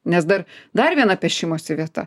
nes dar dar viena pešimosi vieta